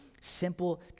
simple